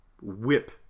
whip